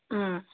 ও